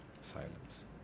Silence